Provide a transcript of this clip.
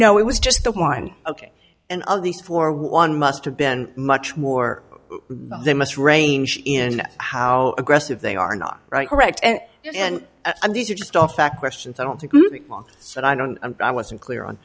no it was just the one ok and of these four one must have been much more than most range in how aggressive they are not right erect and and these are just off back questions i don't think so i don't i wasn't clear on